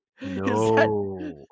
No